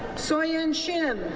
soyeon shim,